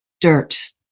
dirt